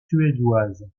suédoise